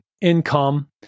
income